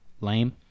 lame